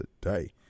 today